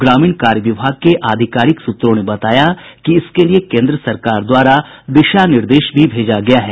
ग्रामीण कार्य विभाग के अधिकारिक सूत्रों ने बताया कि इसके लिये केंद्र सरकार द्वारा दिशा निर्देश भी भेजा गया है